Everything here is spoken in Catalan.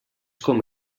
com